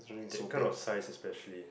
that kind of size especially